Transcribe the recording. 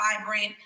vibrant